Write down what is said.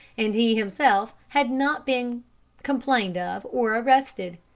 and he himself had not been complained of or arrested.